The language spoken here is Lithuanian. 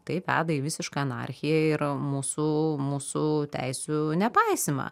tai veda į visišką anarchiją ir mūsų mūsų teisių nepaisymą